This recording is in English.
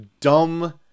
dumb